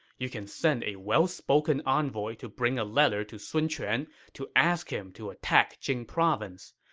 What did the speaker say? you can send a well-spoken envoy to bring a letter to sun quan to ask him to attack jing province.